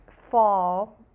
Fall